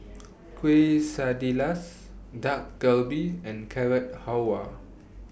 Quesadillas Dak Galbi and Carrot Halwa